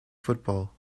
football